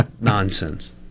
nonsense